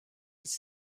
هیچ